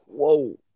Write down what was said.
Whoa